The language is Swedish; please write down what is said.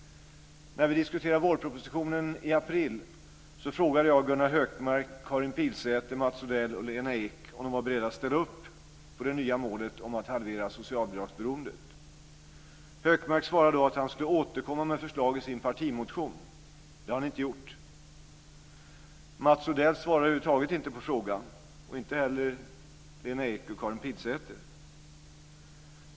När vi diskuterade vårpropositionen i april frågade jag Gunnar Hökmark, Karin Pilsäter, Mats Odell och Lena Ek om de var beredda att ställa upp på det nya målet att halvera socialbidragsberoendet. Hökmark svarade då att han skulle återkomma med förslag i sin partimotion. Det har han inte gjort. Mats Odell svarade över huvud taget inte på frågan, och inte heller Lena Ek och Karin Pilsäter.